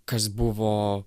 kas buvo